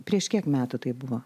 prieš kiek metų tai buvo